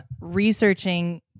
researching